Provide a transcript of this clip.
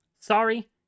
Sorry